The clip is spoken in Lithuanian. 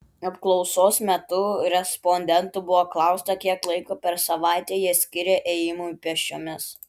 apklausos metu respondentų buvo klausta kiek laiko per savaitę jie skiria ėjimui pėsčiomis